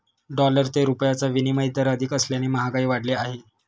dollar ते रुपयाचा विनिमय दर अधिक असल्याने महागाई वाढली आहे